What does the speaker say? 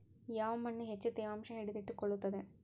ಯಾವ್ ಮಣ್ ಹೆಚ್ಚು ತೇವಾಂಶ ಹಿಡಿದಿಟ್ಟುಕೊಳ್ಳುತ್ತದ?